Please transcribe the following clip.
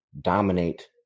dominate